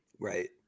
Right